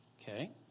Okay